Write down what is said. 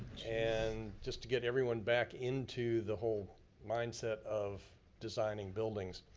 and just to get everyone back into the whole mindset of designing buildings.